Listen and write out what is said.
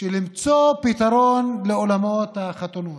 למצוא פתרון לאולמות החתונות.